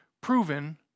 proven